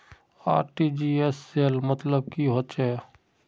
RTGS सेल मतलब की होचए?